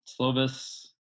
Slovis